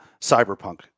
cyberpunk